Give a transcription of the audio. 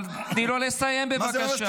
אבל תני לו לסיים בבקשה.